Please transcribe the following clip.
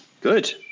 Good